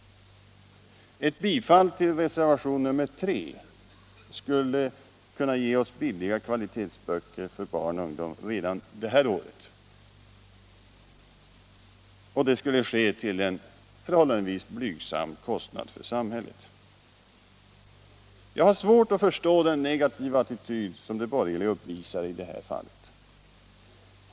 Ett bifall till reservation 3 skulle kunna ge oss billiga kvalitetsböcker för barn och ungdom redan detta år. Och det skulle ske till en förhållandevis blygsam kostnad för samhället. Jag har svårt att förstå den negativa attityd som de borgerliga uppvisar i detta fall.